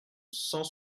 cent